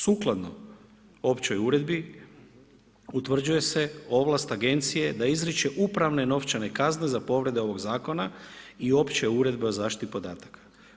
Sukladno općoj uredbi utvrđuje se ovlast agencije da izriče upravne novčane kazne za povrede ovog zakona i opće uredbe o zaštiti podataka.